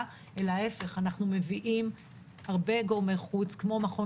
אלא להפך - אנחנו מביאים הרבה גורמי חוץ כמו מכון